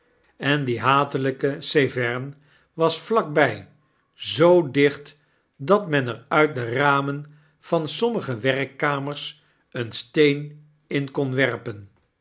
en die hatelijke severn was vlak by z dicht dat men er uit de ramen van sommige werkkamers een steen in kon werpen